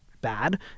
bad